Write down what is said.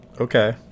Okay